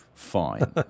Fine